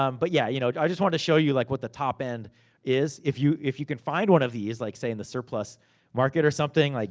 um but yeah, you know i just wanted to show you like what the top end is. if you if you can find one of these, like say in the surplus market or something, like